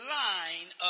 line